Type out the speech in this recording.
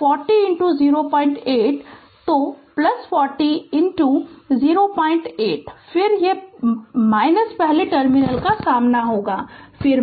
तो 40 08 फिर पहले टर्मिनल का सामना होगा फिर